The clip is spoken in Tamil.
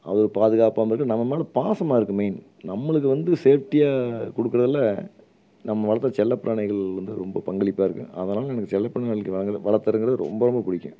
அவ்வளோ பாதுகாப்பாகவும் இருக்கும் நம்ம மேலே பாசமாக இருக்கும் மெயின் நம்மளுக்கு வந்து சேஃப்ட்டியை கொடுக்குறதுல நம்ம வளர்த்த செல்லப்பிராணிகள் வந்து ரொம்ப பங்களிப்பாக இருக்கும் அதனால் எனக்கு செல்லப்பிராணிகள் வாங்கிற வளர்த்துறங்கறது ரொம்ப ரொம்ப பிடிக்கும்